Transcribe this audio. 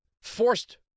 forced